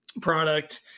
product